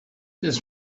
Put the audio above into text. this